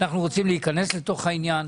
אנחנו רוצים להיכנס לתוך עניין.